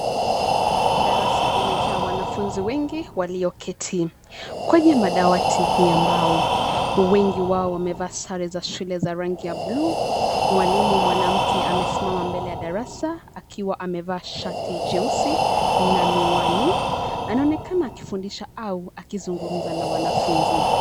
Darasa limejaa wanafunzi wengi, walioketi kwenye madawati hii ambayo wengi wao wamevaa sare za shule za rangi ya bluu. Mwalimu mwanamke amesimama mbele ya darasa, akiwa amevaa shati jeusi, na miwani. Anaonekana akifundisha au akizungumza na wanafunzi.